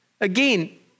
Again